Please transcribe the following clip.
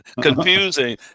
confusing